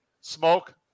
smoke